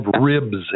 ribs